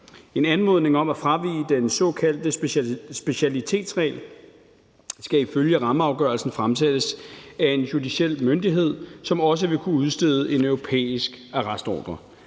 En anmodning om at fravige den såkaldte specialitetsregel skal ifølge rammeafgørelsen fremsættes af en judiciel myndighed, som også vil kunne udstede en europæisk arrestordre.